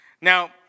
Now